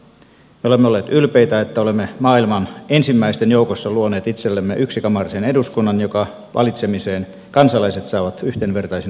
me olemme olleet ylpeitä että olemme maailman ensimmäisten joukossa luoneet itsellemme yksikamarisen eduskunnan jonka valitsemiseen kansalaiset saavat yhdenvertaisin oikeuksin osallistua